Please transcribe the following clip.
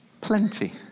plenty